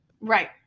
right